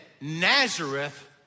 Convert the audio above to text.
Nazareth